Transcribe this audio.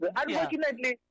unfortunately